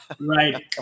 Right